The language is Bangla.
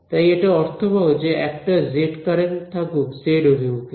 তাই এটা অর্থবহ যে একটা জেড কারেন্ট থাকুক জেড অভিমুখে